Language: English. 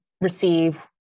receive